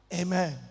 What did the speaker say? Amen